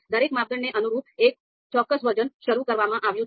દરેક માપદંડને અનુરૂપ એક ચોક્કસ વજન શરૂ કરવામાં આવ્યું છે